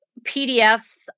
PDFs